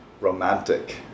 romantic